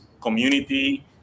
community